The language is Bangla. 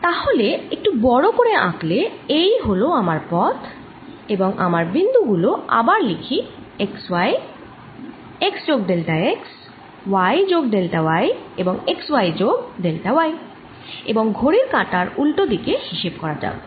তাহলে একটু বড়ো করে আঁকলে এই হলো আমার পথ এবং আমায় বিন্দুগুলো আবার লিখি x y x যোগ ডেল্টা x y যোগ ডেল্টা y এবং x y যোগ ডেল্টাy এবং ঘড়ির কাঁটার উল্টো দিকে হিসেব করা যাক